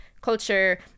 culture